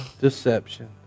deception